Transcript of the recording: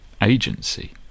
agency